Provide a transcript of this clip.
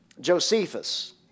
Josephus